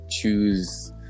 choose